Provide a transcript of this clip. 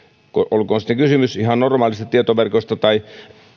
olkoon sitten kysymys ihan normaaleista tietoverkoista tai